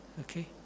okay